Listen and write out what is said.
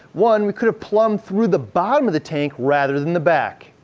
one, we could have plumbed through the bottom of the tank rather than the back.